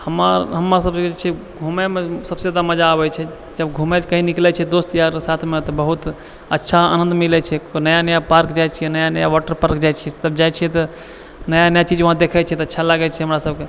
हमरा सबके जे छै घूमैमे सबसँ जादा मजा आबै छै जब घूमै लए कहीं निकलै छै दोस्त यार साथमे तऽ बहुत अच्छा आनन्द मिलै छै कोइ नया नया पार्क जाइ छियै नया नया वाटर पार्क जाइ छियै सब जाइ छै तऽ नया नया चीज देखै छियै तऽ अच्छा लागै छै हमरा सबके